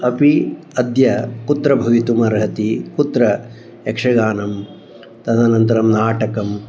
अपि अद्य कुत्र भवितुमर्हन्ति कुत्र यक्षगानं तदनन्तरं नाटकम्